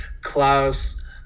Klaus